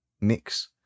mix